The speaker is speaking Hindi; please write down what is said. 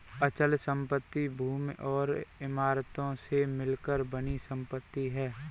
अचल संपत्ति भूमि और इमारतों से मिलकर बनी संपत्ति है